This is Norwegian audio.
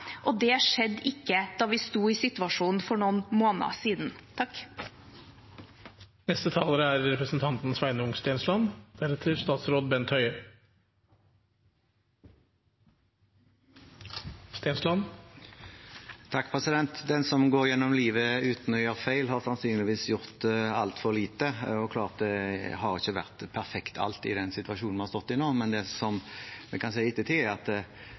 og det skjedde ikke da vi sto i situasjonen for noen måneder siden. Den som går gjennom livet uten å gjøre feil, har sannsynligvis gjort altfor lite. Det er klart at alt ikke har vært perfekt i den situasjonen vi har stått i nå, men det vi kan si i ettertid, er at